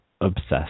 obsessed